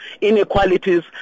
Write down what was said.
inequalities